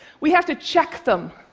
we have to check them.